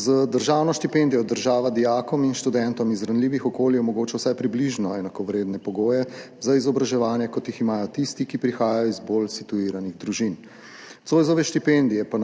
Z državno štipendijo država dijakom in študentom iz ranljivih okolij omogoča vsaj približno enakovredne pogoje za izobraževanje, kot jih imajo tisti, ki prihajajo iz bolj situiranih družin, Zoisove štipendije pa